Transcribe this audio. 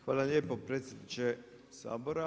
Hvala lijepo, predsjedniče Sabora.